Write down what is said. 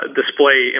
display